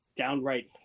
Downright